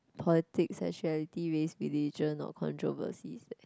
politics sexuality race religion or controversy leh